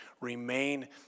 remain